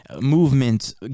movement